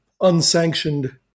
unsanctioned